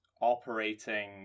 operating